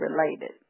related